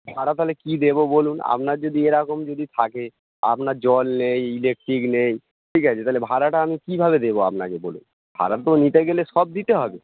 ভাড়া তাহলে কী দেবো বলুন আপনার যদি এরকম যদি থাকে আপনার জল নেই ইলেকট্রিক নেই ঠিক আছে তাহলে ভাড়াটা আমি কীভাবে দেবো আপনাকে আপনি বলুন ভাড়া তো নিতে গেলে সব দিতে হবে